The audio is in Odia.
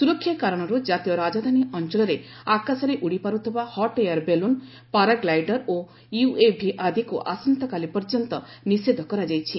ସୁରକ୍ଷା କାରଣରୁ ଜାତୀୟ ରାଜଧାନୀ ଅଞ୍ଚଳରେ ଆକାଶରେ ଉଡ଼ିପାରୁଥିବା ହଟ୍ ଏୟାର ବେଲୁନ୍ ପାରାଗ୍ଲାଇଡର୍ ଓ ୟୁଏଭି ଆଦିକୁ ଆସନ୍ତାକାଲି ପର୍ଯ୍ୟନ୍ତ ନିଷେଧ କରାଯାଇଛି